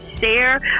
share